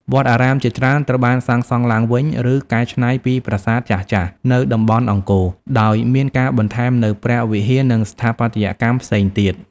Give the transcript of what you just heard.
វត្តអារាមជាច្រើនត្រូវបានសាងសង់ឡើងវិញ ឬកែច្នៃពីប្រាសាទចាស់ៗនៅតំបន់អង្គរ ដោយមានការបន្ថែមនូវព្រះវិហារ និងស្ថាបត្យកម្មផ្សេងទៀត។